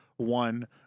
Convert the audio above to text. one